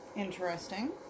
Interesting